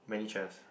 many chairs